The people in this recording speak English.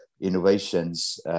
innovations